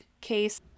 case